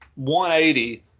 180